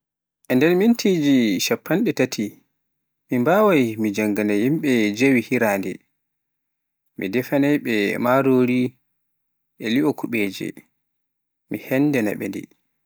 E nder mintiji shappanɗe tati mi mbawaai mi jennganaa yimɓe jeewe hirande, mi defai marori e lio kuɓeje, mi henndaana ɓe.